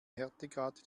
härtegrad